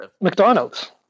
McDonald's